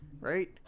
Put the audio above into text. Right